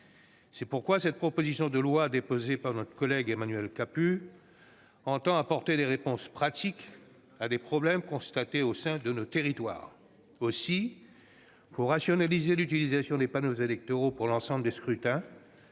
C'est pourquoi cette proposition de loi déposée par notre collègue Emmanuel Capus vise à apporter des réponses pratiques à des problèmes constatés au sein de nos territoires. Aussi, pour rationaliser l'utilisation des panneaux électoraux pour l'ensemble des scrutins,